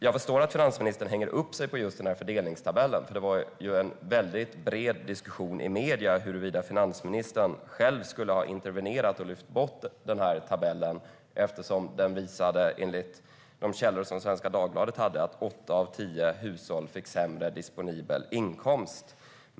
Jag förstår att finansministern hänger upp sig på just den här fördelningstabellen, för det var ju en mycket bred diskussion i medierna om huruvida finansministern själv skulle ha intervenerat och lyft bort den tabellen, eftersom den enligt de källor som Svenska Dagbladet hade visade att åtta av tio hushåll fick sämre disponibel inkomst.